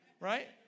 Right